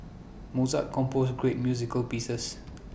Mozart composed great music pieces